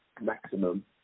maximum